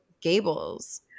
gables